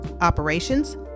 operations